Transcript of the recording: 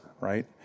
right